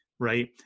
right